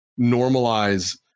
normalize